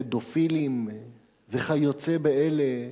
פדופילים וכיוצא באלה זוועות.